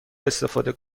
استفاده